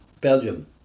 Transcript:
Belgium